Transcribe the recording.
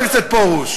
חבר הכנסת פרוש.